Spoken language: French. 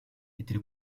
était